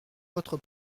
votre